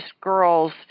girls